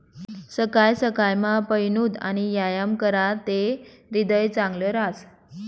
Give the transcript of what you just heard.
सकाय सकायमा पयनूत आणि यायाम कराते ह्रीदय चांगलं रहास